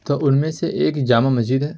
تو ان میں سے ایک جامع مسجد ہے